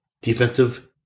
Defensive